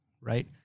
right